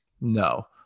No